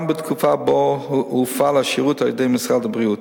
גם בתקופה שבה הופעל השירות על-ידי משרד הבריאות.